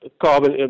carbon